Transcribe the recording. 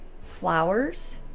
flowers